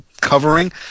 Covering